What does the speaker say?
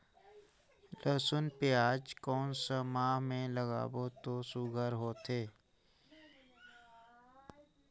लसुन पियाज कोन सा माह म लागाबो त सुघ्घर होथे?